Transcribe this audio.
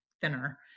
thinner